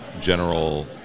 general